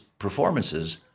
performances